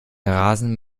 rasen